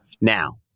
now